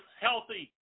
healthy